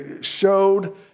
showed